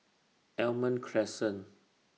Almond Crescent